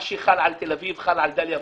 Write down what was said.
מה שחל על תל אביב, חל על דליה ועוספיה.